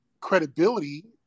credibility